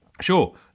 Sure